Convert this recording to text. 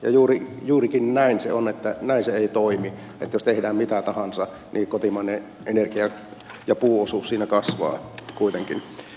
ja juurikin näin se on että näin se ei toimi että jos tehdään mitä tahansa niin kotimainen energia ja puuosuus siinä kasvavat kuitenkin